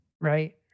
Right